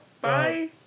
bye